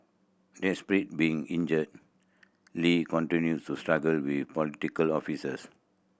being injured Lee continued to struggle with political officers